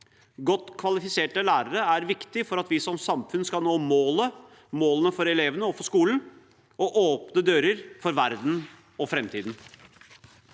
Godt kvalifiserte lærere er viktig for at vi som samfunn skal nå målene for elevene og for skolen, og åpne dører for verden og framtiden.